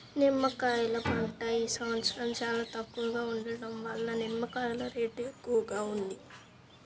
నిమ్మకాయల పంట ఈ సంవత్సరం చాలా తక్కువగా ఉండటం వలన నిమ్మకాయల రేటు ఎక్కువగా ఉంది